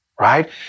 right